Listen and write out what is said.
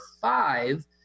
five